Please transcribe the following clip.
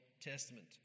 Testament